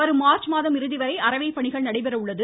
வரும் மார்ச்மாதம் இறுதிவரை அறவை பணிகள் நடைபெறவுள்ளது